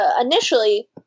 initially